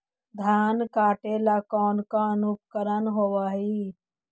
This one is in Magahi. धान काटेला कौन कौन उपकरण होव हइ?